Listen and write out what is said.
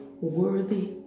worthy